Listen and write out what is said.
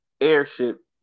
airship